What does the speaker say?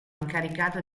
incaricato